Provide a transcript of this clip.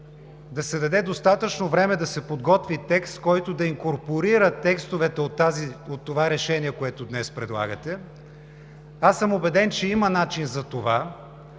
да се даде достатъчно време да се подготви текст, който да инкорпорира тестовете от това решение, което днес предлагате. Аз съм убеден, че има начин за това,